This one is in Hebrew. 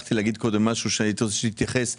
שכחתי קודם להגיד משהו שהייתי רוצה שהיא תתייחס אליו.